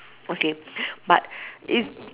okay but if